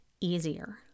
easier